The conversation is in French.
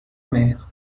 mer